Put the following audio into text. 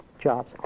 jobs